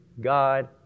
God